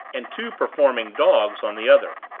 and two performing dogs on the other.